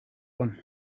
one